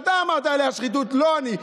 אתה אמרת עליה שחיתות, לא אני.